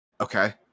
okay